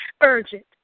urgent